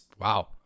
Wow